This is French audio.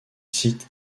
sites